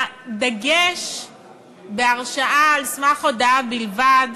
הדגש בהרשעה על סמך הודאה בלבד